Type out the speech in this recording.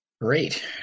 Great